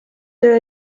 töö